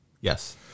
Yes